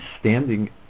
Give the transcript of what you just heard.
standing